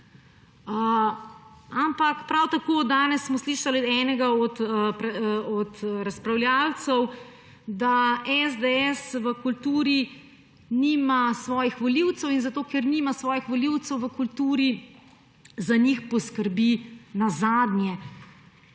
Ampak prav tako, danes smo slišali enega od razpravljavcev, da SDS v kulturi nima svojih volivcev in zato ker nima svojih volivcev v kulturi, za njih poskrbi nazadnje.